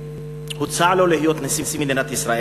הוצע לו להיות נשיא מדינת ישראל